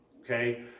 okay